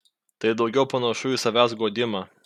tai daugiau panašu į savęs guodimą